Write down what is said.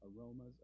aromas